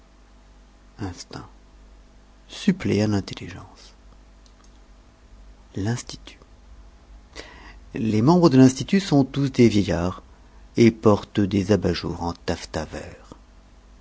supplée à l'intelligence institut l les membres de l'institut sont tous des vieillards et portent des abat-jour en taffetas vert